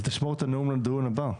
אבל תשמור את הנאום לדיון הבא.